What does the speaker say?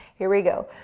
here we go,